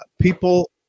people